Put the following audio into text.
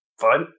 Fine